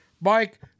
Mike